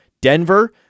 Denver